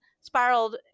spiraled